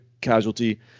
casualty